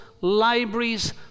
libraries